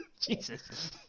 Jesus